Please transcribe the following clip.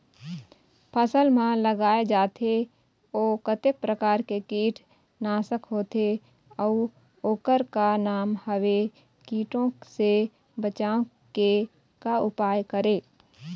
फसल म लगाए जाथे ओ कतेक प्रकार के कीट नासक होथे अउ ओकर का नाम हवे? कीटों से बचाव के का उपाय करें?